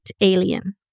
alien